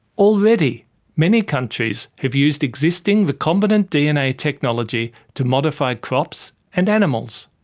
already many countries have used existing recombinant dna technology to modify crops and animals.